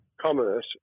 commerce